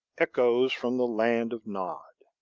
echoes from the land of nod.